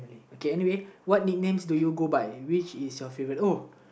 okay anyway what nicknames do you go by which is your favorite oh